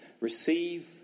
receive